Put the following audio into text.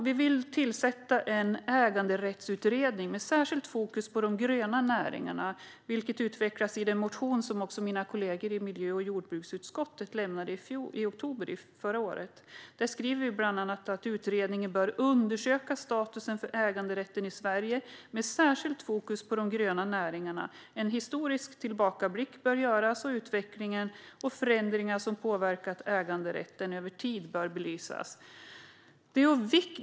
Vi vill tillsätta en äganderättsutredning med särskilt fokus på de gröna näringarna, vilket utvecklas i den motion som mina kollegor i miljö och jordbruksutskottet väckte i oktober förra året. Där skriver vi bland annat att utredningen bör undersöka statusen för äganderätten i Sverige med särskilt fokus på de gröna näringarna, att en historisk tillbakablick bör göras och att utvecklingen och förändringar som påverkat äganderätten över tid bör belysas.